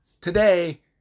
today